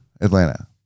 Atlanta